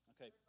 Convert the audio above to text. Okay